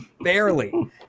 barely